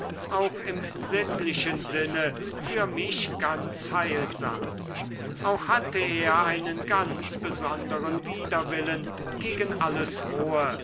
auch im sittlichen sinne für mich ganz heilsam auch hatte er einen ganz besonderen widerwillen gegen alles rohe